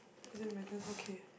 is it my turn okay